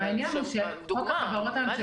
העניין הוא שחוק החברות הממשלתיות --- דוגמה.